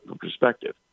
perspective